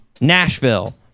Nashville